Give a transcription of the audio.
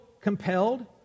compelled